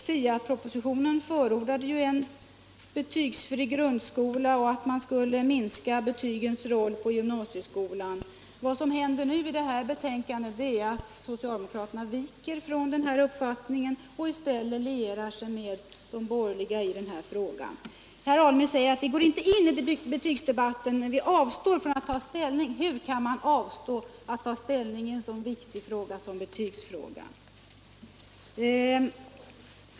SIA-propositionen förordade ju en betygsfri grundskola och en minskning av betygens roll i gymnasieskolan. Vad som nu händer i detta betänkande är att socialdemokraterna viker från den uppfattningen och i stället lierar sig med de borgerliga i den här frågan. Herr Alemyr säger att ”vi går inte in i betygsdebatten men vi avstår från att ta ställning”. Hur kan man avstå från att ta ställning i en så viktig fråga som betygsfrågan?